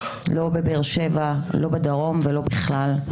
לא בבאר שבע, לא בדרום ולא בכלל,